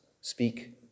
speak